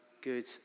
good